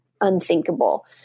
unthinkable